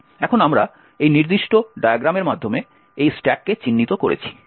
এখন আমরা এই নির্দিষ্ট ডায়াগ্রামের মাধ্যমে এই স্ট্যাক কে চিহ্নিত করেছি